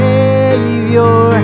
Savior